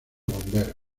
bomberos